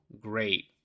great